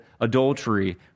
adultery